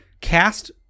cast